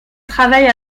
travaille